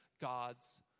God's